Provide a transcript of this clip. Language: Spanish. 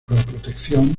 protección